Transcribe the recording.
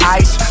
ice